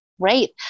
great